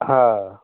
हा